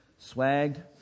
Swagged